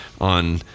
on